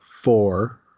four